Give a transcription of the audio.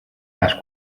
las